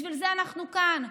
בשביל זה אנחנו כאן,